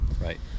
Right